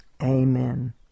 Amen